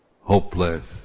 hopeless